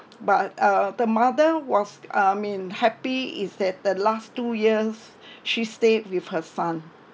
but uh the mother was I mean happy is that the last two years she stayed with her son